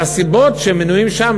והסיבות שמנויות שם,